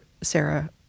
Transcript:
Sarah